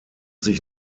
sich